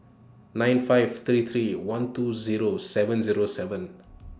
nine five three three one two Zero seven Zero seven